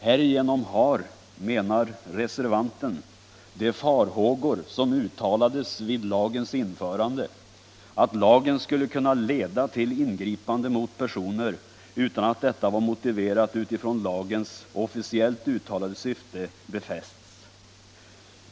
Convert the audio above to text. Härigenom har, menar reservanten, de farhågor befästs som uttalades vid lagens införande — att lagen skulle kunna leda till ingripande mot personer utan att detta var motiverat med hänsyn till lagens officiellt uttalade syfte.